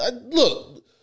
look